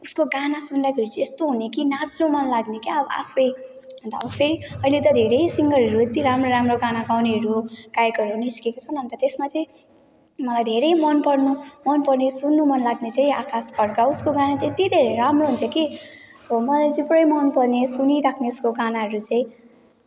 उसको गाना सुन्दाखेरि चाहिँ यस्तो हुने कि अब नाच्न मन लाग्ने क्या अब आफै अन्त अब फेरि अहिले त धेरै सिङ्गरहरू यति राम्रो राम्रो गाना गाउनेहरू गायकहरू निस्केको छन् अन्त त्यसमा चाहिँ मलाई धेरै मनपर्नु मनपर्ने सुन्नु मन लाग्ने चाहिँ आकाश खडका उसको गाना चाहिँ यति धेरै राम्रो हुन्छ कि मलाई चाहिँ पुरै मनपर्ने सुनिरहौँ लाग्ने उसको गानाहरू चाहिँ